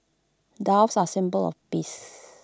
doves are symbol of peace